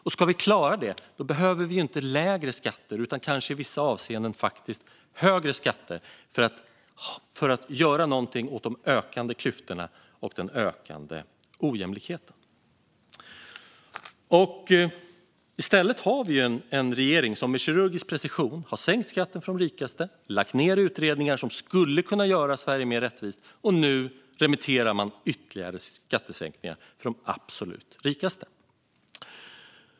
För att klara det behöver vi inte lägre skatter utan kanske i vissa avseenden faktiskt högre skatter för att göra någonting åt de ökande klyftorna och den ökande ojämlikheten. Men i stället har vi en regering som med kirurgisk precision har sänkt skatten för de rikaste, lagt ned utredningar som skulle kunna göra Sverige mer rättvist och nu remitterar ytterligare skattesänkningar för de absolut rikaste.